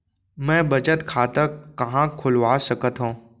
मै बचत खाता कहाँ खोलवा सकत हव?